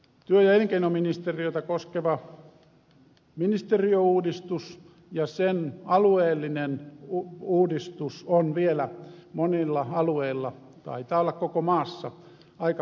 työ ja elinkeinoministeriötä koskeva ministeriöuudistus ja sen alueellinen uudistus on vielä monilla alueilla taitaa olla koko maassa aika paljon kesken